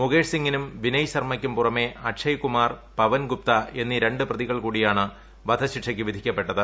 മുകേഷ് സിങ്ങിനും വിനയ് ശർമ്മയ്ക്കും പുറമേ അക്ഷയ് കുമാർ പവൻ ഗുപ്ത എന്നീ ര് പ്രതികൾ കൂടിയാണ് വധശിക്ഷയ്ക്ക് വിധിക്കപ്പെട്ടത്